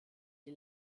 die